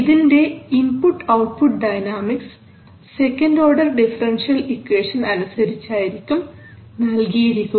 ഇതിന്റെ input output dynamics second order differential equation അനുസരിച്ചായിരിക്കും നൽകിയിരിക്കുക